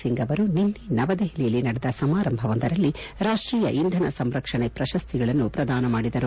ಸಿಂಗ್ ಅವರು ನಿನ್ನೆ ನವದೆಹಲಿಯಲ್ಲಿ ನಡೆದ ಸಮಾರಂಭವೊಂದರಲ್ಲಿ ರಾಷ್ಷೀಯ ಇಂಧನ ಸಂರಕ್ಷಣೆ ಪ್ರಶಸ್ತಿಗಳನ್ನು ಪ್ರದಾನ ಮಾಡಿದರು